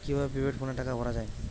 কি ভাবে প্রিপেইড ফোনে টাকা ভরা হয়?